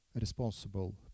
responsible